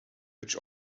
which